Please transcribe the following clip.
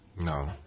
No